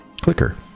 Clicker